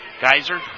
Geyser